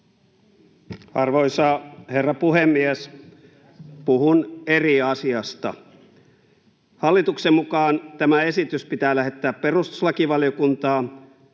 Arvoisa herra puhemies! Puhun eri asiasta: Hallituksen mukaan tämä esitys pitää lähettää perustuslakivaliokuntaan,